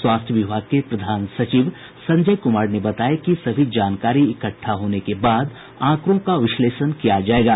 स्वास्थ्य विभाग के प्रधान सचिव संजय कुमार ने बताया कि सभी जानकारी इकट्ठा होने के बाद आंकड़ों का विश्लेषण किया जाएगा